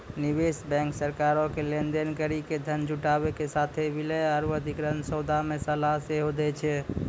निवेश बैंक सरकारो के लेन देन करि के धन जुटाबै के साथे विलय आरु अधिग्रहण सौदा मे सलाह सेहो दै छै